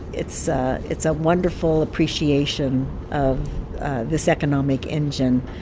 it's ah it's a wonderful appreciation of this economic engine